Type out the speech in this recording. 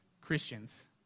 Christians